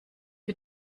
für